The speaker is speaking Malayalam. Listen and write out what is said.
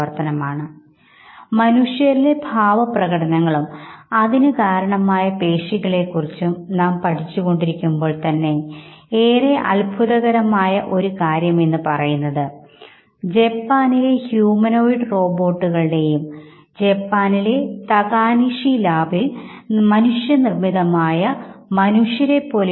എന്തുകൊണ്ടാണ് ജപ്പാനിലെ ജനങ്ങൾ അവരുടെ വികാരങ്ങളെ ഒരു മുഖംമൂടികൊണ്ട് മറയ് ക്കാൻ ആഗ്രഹിക്കുന്നത് എന്തുകൊണ്ടാണ് ഓറിയൻറൽ ഇന്ത്യൻസ് അവരുടെ വികാരങ്ങൾ ഞങ്ങൾ തീവ്രത ഒട്ടും കുറയ്ക്കാതെ തന്നെ പ്രകടിപ്പിക്കാൻ ആഗ്രഹിക്കുന്നത് മാറ്റ്സുമോട്ടോ പറഞ്ഞ സാംസ്കാരിക സൂചകങ്ങൾ അടങ്ങുന്ന മാനദണ്ഡമാണ് ഇതിന് പ്രവർത്തിക്കുന്നത്